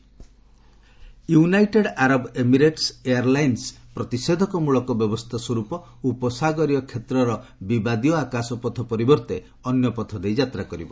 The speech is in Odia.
Dubai Emirates United Arab Emirates airlines ପ୍ରତିଷେଧକମୂଳକ ବ୍ୟବସ୍ଥା ସ୍ୱରୂପ ଉପସାଗରୀୟ କ୍ଷେତ୍ରର ବିବାଦୀୟ ଆକାଶପଥ ପରିବର୍ତ୍ତେ ଅନ୍ୟ ପଥ ଦେଇ ଯାତ୍ରା କରିବ